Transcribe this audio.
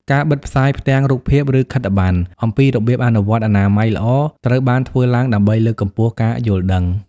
ការបិទផ្សាយផ្ទាំងរូបភាព ឬខិត្តប័ណ្ណអំពីរបៀបអនុវត្តអនាម័យល្អ ត្រូវបានធ្វើឡើងដើម្បីលើកកម្ពស់ការយល់ដឹង ។